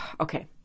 okay